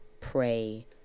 pray